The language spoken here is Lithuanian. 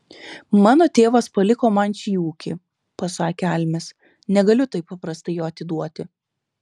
mano tėvas paliko man šį ūkį pasakė almis negaliu taip paprastai jo atiduoti